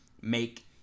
make